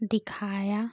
दिखाया